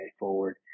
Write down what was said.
forward